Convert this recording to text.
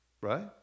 right